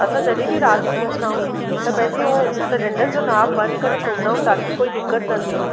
असां जॾहिं बि राति जो सुमदाऊं त पंहिंजे उहो सिलेंडर जो नॉब बंदि करे सुमदाऊं ताकी कोई दिक़त न थिए